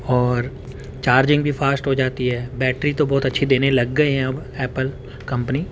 اور چارجنگ بھی فاسٹ ہو جاتی ہے بیٹری تو بہت اچھی دینے لگ گئے ہیں اب ایپل کمپنی